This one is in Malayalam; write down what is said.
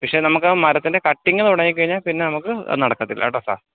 പക്ഷെ നമുക്ക് ആ മരത്തിൻ്റെ കട്ടിങ് തുടങ്ങി കഴിഞ്ഞാൽ പിന്നെ നമുക്ക് നടക്കത്തില്ലാട്ടോ സാർ